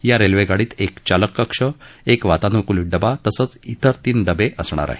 या रेल्वेगाडीत एक चालक कक्ष एक वातानुकूलीत डबा तसद्यिइतर तीन डबे असणार आहे